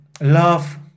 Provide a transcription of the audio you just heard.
Love